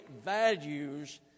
values